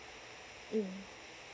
mm